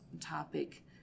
topic